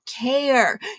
care